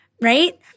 right